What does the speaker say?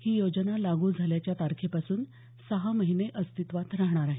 ही योजना लागू झाल्याच्या तारखेपासून सहा महिने अस्तित्वात राहणार आहे